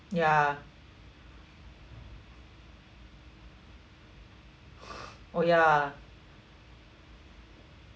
ya oh ya